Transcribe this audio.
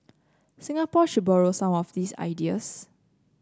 Singapore should borrow some of these ideas